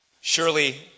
Surely